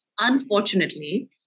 Unfortunately